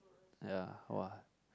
ya !wah!